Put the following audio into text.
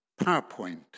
PowerPoint